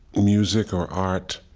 music or art